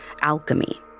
alchemy